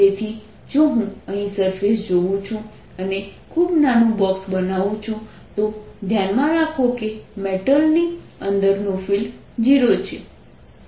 તેથી જો હું અહીં સરફેસ જોઉં છું અને ખૂબ નાનું બોક્સ બનાવું છું તો ધ્યાનમાં રાખો કે મેટલની અંદરનું ફિલ્ડ 0 છે